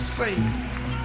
saved